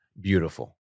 beautiful